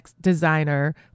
designer